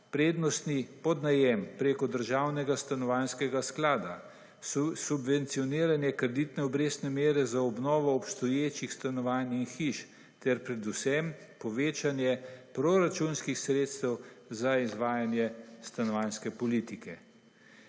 prednostni podnajem preko državnega stanovanjskega sklada, subvencioniranje kreditne obrestne mere za obnovo obstoječih stanovanj in hiš, ter predvsem povečanje proračunskih sredstev za izvajanje stanovanjske politike.